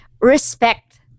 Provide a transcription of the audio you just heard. respect